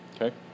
Okay